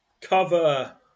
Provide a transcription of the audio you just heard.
cover